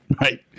Right